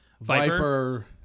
Viper